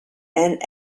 and